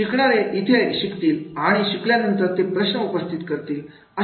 शिकणारे इथे शिकतील आणि शिकल्यानंतर तेथे प्रश्न उपस्थित करते